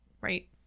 right